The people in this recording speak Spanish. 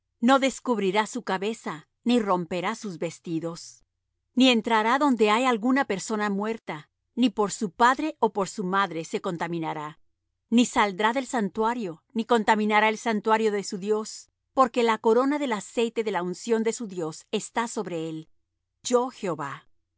no descubrirá su cabeza ni romperá sus vestidos ni entrará donde haya alguna persona muerta ni por su padre ó por su madre se contaminará ni saldrá del santuario ni contaminará el santuario de su dios porque la corona del